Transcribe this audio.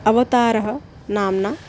अवतारः नाम्ना